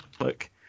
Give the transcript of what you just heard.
Look